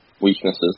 weaknesses